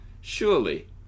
surely